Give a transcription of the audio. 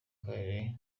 karere